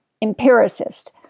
empiricist